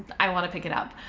i want to pick it up.